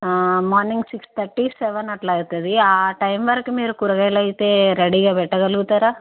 morning six thirty seven అలా అవుతుంది ఆ టైమ్ వరకు మీరు కూరగాయలు అయితే రెడీగా పెట్టగలుగుతారా